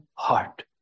heart